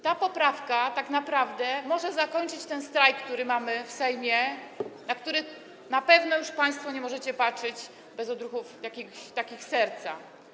Ta poprawka tak naprawdę może zakończyć ten strajk, który mamy w Sejmie, na który na pewno już państwo nie możecie patrzeć bez jakichś takich odruchów serca.